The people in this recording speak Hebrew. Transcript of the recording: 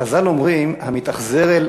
חז"ל אומרים: המתאכזר אל,